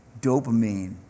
Dopamine